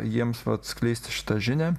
jiems va atskleisti šitą žinią